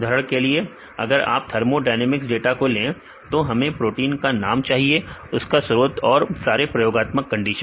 उदाहरण के लिए के लिए अगर आप थर्मोडायनेमिक्स डाटा को लें तो हमें प्रोटीन का नाम चाहिए उसका स्रोत और सारे प्रयोगात्मक कंडीशन